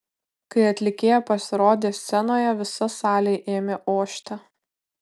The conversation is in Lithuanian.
kai atlikėja pasirodė scenoje visa salė ėmė ošti